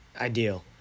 ideal